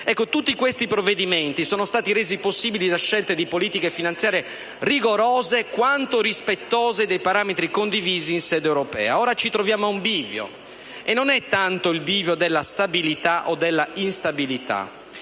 Tutti questi provvedimenti sono stati resi possibili grazie a politiche finanziarie rigorose quanto rispettose dei parametri condivisi in sede europea. Ora ci troviamo ad un bivio. Non si tratta tanto di scegliere tra stabilità o instabilità